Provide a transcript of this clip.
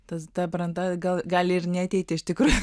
ta branda gali ir neateiti iš tikrųjų